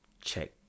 check